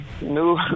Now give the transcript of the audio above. new